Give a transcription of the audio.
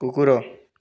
କୁକୁର